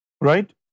Right